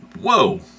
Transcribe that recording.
Whoa